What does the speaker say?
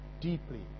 deeply